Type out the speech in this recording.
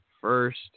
first